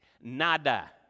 nada